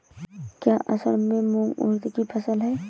क्या असड़ में मूंग उर्द कि फसल है?